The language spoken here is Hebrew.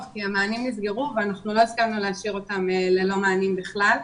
כי המענים נסגרו ולא הסכמנו להשאיר אותן ללא מענים בכלל.